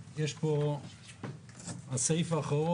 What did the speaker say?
אז זה פשוט להסתכל בתאריך של התעודה,